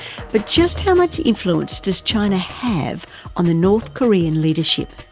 but just how much influence does china have on the north korean leadership?